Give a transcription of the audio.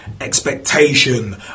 expectation